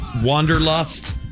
wanderlust